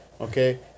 Okay